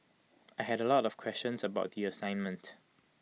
I had A lot of questions about the assignment